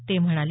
ते म्हणाले